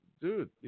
dude